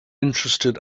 interested